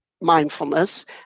mindfulness